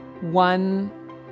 one